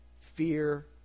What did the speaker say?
fear